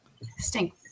Stink